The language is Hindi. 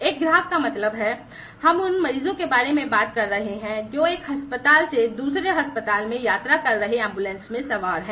एक ग्राहक का मतलब है हम उन मरीजों के बारे में बात कर रहे हैं जो एक अस्पताल से दूसरे अस्पताल में यात्रा कर रहे एंबुलेंस में सवार हैं